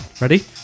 Ready